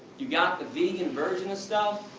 you got the vegan version of stuff,